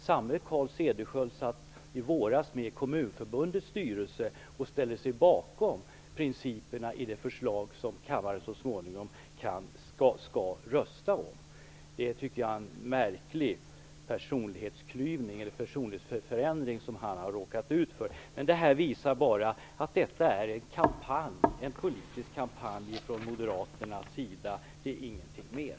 Samme Carl Cederschiöld satt i våras med i Kommunförbundets styrelse och ställde sig bakom principerna i det förslag som kammaren så småningom skall rösta om. Jag tycker att det är en märklig personlighetsförändring som han har råkat ut för. Det här visar bara att detta är en politisk kampanj från moderaternas sida. Det är ingenting mer.